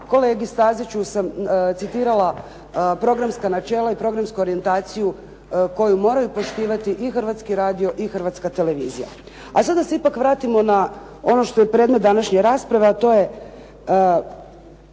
kolegi Staziću sam citirala programska načela i programsku orijentaciju koju moraju poštivati i Hrvatski radio i Hrvatska televizija. A sad da se ipak vratimo na ono što je predmet današnje rasprave a to je